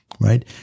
right